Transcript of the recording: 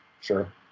sure